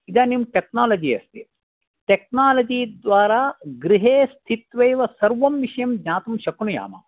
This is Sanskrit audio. इदानीं टेक्नालजि अस्ति टेक्नालजी द्वारा गृहे स्थित्वैव सर्वं विषयं ज्ञातुं शक्नुयाम